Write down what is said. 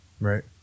Right